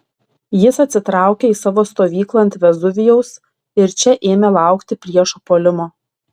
jis atsitraukė į savo stovyklą ant vezuvijaus ir čia ėmė laukti priešo puolimo